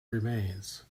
remains